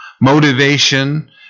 Motivation